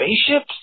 spaceships